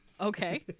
Okay